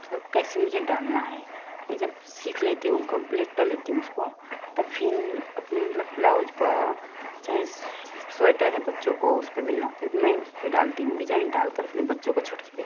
मतलब कैसे मुझे डालना है मैं जब सीख लेती हूँ कंप्लीट कर लेती हूँ उसको तब फिर अपने मतलब ब्लाउज पर चाहे स्वेटर है बच्चों को उस पर बिनना होता तो मैं उस पर डालती हूँ स्वेटर डाल कर अपने बच्चों को छोटे छोटे